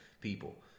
people